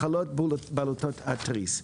מחלות בלוטת התריס.